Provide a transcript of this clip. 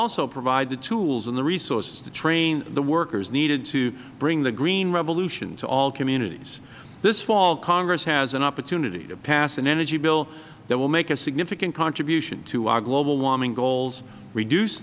also provide the tools and the resources to train the workers needed to bring the green revolution to all communities this fall congress has an opportunity to pass an energy bill that will make a significant contribution to our global warming goals reduce